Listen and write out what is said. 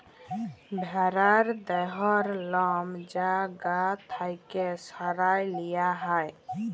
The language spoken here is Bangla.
ভ্যারার দেহর লম যা গা থ্যাকে সরাঁয় লিয়া হ্যয়